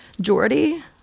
Jordy